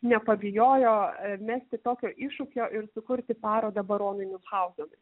nepabijojo mesti tokio iššūkio ir sukurti parodą baronui miunhauzenui